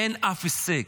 אין אף הישג.